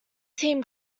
team